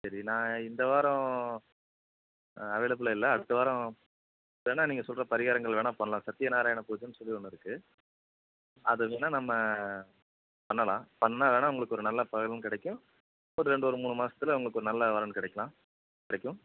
சரி நான் இந்த வாரம் அவைலபுளாக இல்லை அடுத்த வாரம் வேணால் நீங்கள் சொல்கிற பரிகாரங்கள் வேணால் பண்ணலாம் சத்தியநாராயணா பூஜைனு சொல்லி ஒன்று இருக்குது அது வேணால் நம்ம பண்ணலாம் பண்ணால் வேணால் உங்களுக்கு ஒரு நல்ல பலன் கிடைக்கும் ஒரு ரெண்டு ஒரு மூணு மாதத்துல உங்களுக்கு ஒரு நல்ல வரன் கிடைக்கலாம் கிடைக்கும்